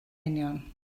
union